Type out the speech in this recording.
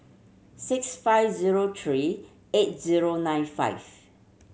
six five zero three eight zero nine five